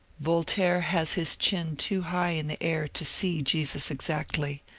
voltaire has his chin too high in the air to see jesus exactly,